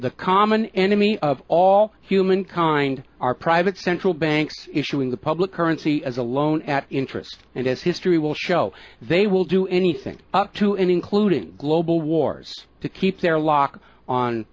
the common enemy of all humankind our private central banks issuing the public currency as a loan at interest and as history will show they will do anything up to and including global wars to keep their lock on